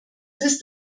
ist